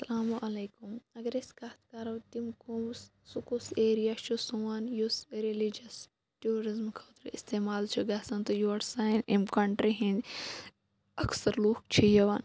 اسَلامُ علیکُم اگر أسۍ کتھ کرو تِم کُس سُہ کُس ایریا چھُ سون یُس ریٚلِجَس ٹورِزمہٕ خٲطرٕ اِستعمال چھُ گَژھان تہٕ یورٕ سانہِ امہِ کَنٹری ہٕنٛدۍ اَکثَر لُکھ چھِ یِوان